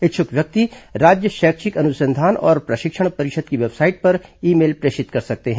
इच्छुक व्यक्ति राज्य शैक्षिक अनुसंधान और प्रशिक्षण परिषद की वेबसाइट पर ई मेल प्रेषित कर सकते हैं